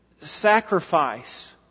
sacrifice